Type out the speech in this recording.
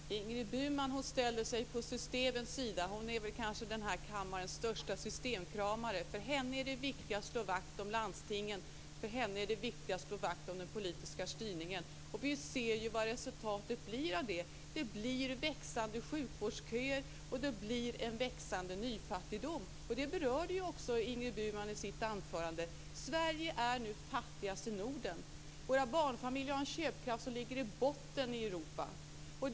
Fru talman! Ingrid Burman ställer sig på systemens sida. Hon är kanske den här kammarens största systemkramare. För henne är det viktigt att slå vakt om landstingen. För henne är det viktigt att slå vakt om den politiska styrningen. Och vi ser ju vad resultatet blir av det. Det blir växande sjukvårdsköer, och det blir en växande nyfattigdom. Det berörde också Sverige är nu fattigast i Norden. Våra barnfamiljer har en köpkraft som ligger i botten i Europa.